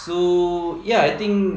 so ya I think